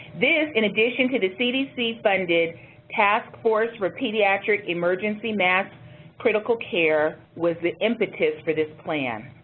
this, in addition to the cdc funded task force for pediatric emergency mass critical care, was the impetus for this plan.